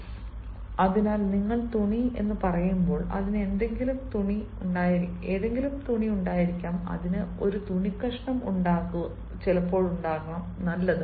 You cannot say where is my clothes അതിനാൽ നിങ്ങൾ തുണി പറയുമ്പോൾ അതിന് ഏതെങ്കിലും തുണി ഉണ്ടായിരിക്കാം അതിന് ഒരു തുണി കഷണം ഉണ്ടാകും നല്ലത്